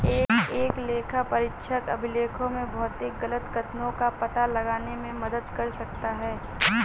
एक लेखापरीक्षक अभिलेखों में भौतिक गलत कथनों का पता लगाने में मदद कर सकता है